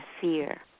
fear